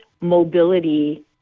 mobility